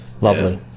Lovely